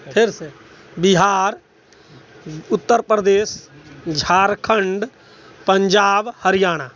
फेरसँ बिहार उत्तरप्रदेश झारखण्ड पंजाब हरियाणा